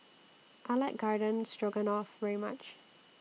I like Garden Stroganoff very much